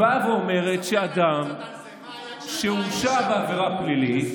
היא באה ואומרת שאדם שהורשע בעבירה פלילית,